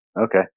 Okay